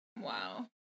Wow